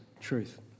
truth